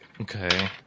Okay